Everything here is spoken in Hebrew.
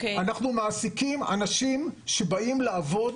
אנחנו מעסיקים אנשים שבאים לעבוד,